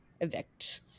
evict